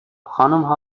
خانمها